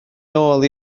nôl